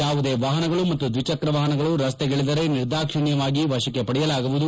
ಯಾವುದೇ ವಾಹನಗಳು ಮತ್ತು ದ್ವಿಚಕ್ರ ವಾಹನಗಳು ರಸ್ತೆಗಿಳಿದರೆ ನಿರ್ದಾಕ್ಷಿಣ್ಯವಾಗಿ ವಶಕ್ಕೆ ಪಡೆಯಲಾಗುವುದು